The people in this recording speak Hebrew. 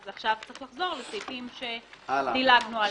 אז עכשיו צריך לחזור לסעיפים שדילגנו עליהם.